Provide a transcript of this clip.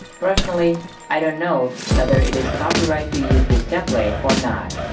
personally i don't know, weather it is copyright to use this template or not.